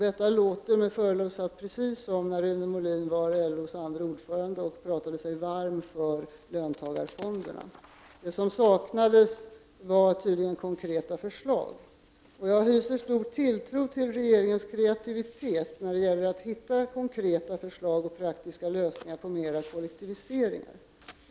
Detta låter med förlov sagt precis som när Rune Molin var LOs andre ordförande och talade sig varm för löntagarfonderna. Det som saknades var tydligen konkreta förslag. Jag hyser stor tilltro till regeringens kreativitet när det gäller att hitta konkreta förslag och praktiska lösningar på mer av kollektiviseringar.